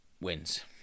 wins